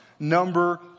Number